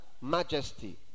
majesty